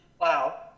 Wow